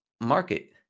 market